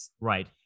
Right